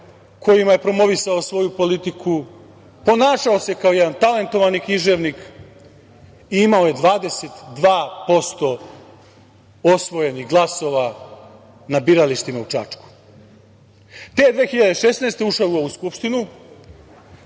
kojima je promovisao svoju politiku, ponašao se kao jedan talentovani književnik, imao 22% osvojenih glasova na biralištima u Čačku. Te 2016. godine ušao u ovu Skupštinu,